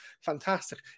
fantastic